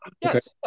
yes